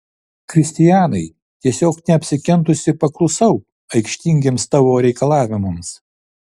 kristianai tiesiog neapsikentusi paklusau aikštingiems tavo reikalavimams